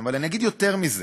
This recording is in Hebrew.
אני אגיד יותר מזה: